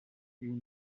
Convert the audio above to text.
une